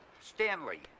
Stanley